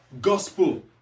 gospel